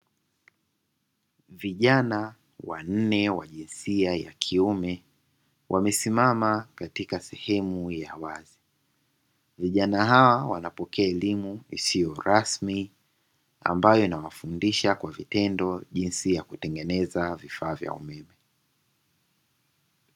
Vijana wanne wa jinsia ya kiume wamesimama katika sehemu ya wazi, vijana hawa wanapokea elimu isio rasmi ambayo inawafundisha kwa vitendo, jinsi ya kutengeneza vifaa vya umeme.